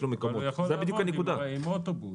זו בדיוק הנקודה ובגלל זה הוא מתעצבן.